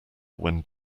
when